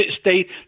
state